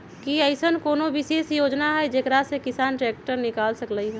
कि अईसन कोनो विशेष योजना हई जेकरा से किसान ट्रैक्टर निकाल सकलई ह?